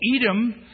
Edom